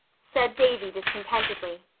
said davy discontentedly.